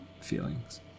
feelings